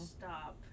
stop